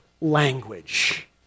language